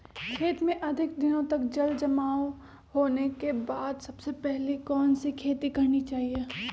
खेत में अधिक दिनों तक जल जमाओ होने के बाद सबसे पहली कौन सी खेती करनी चाहिए?